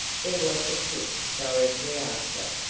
there was a click directly after,